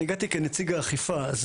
אני הגעתי כנציג האכיפה.